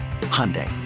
Hyundai